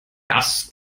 das